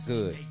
Good